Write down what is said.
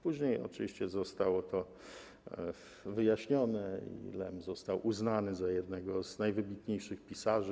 Później oczywiście zostało to wyjaśnione i Lem został uznany za jednego z najwybitniejszych pisarzy.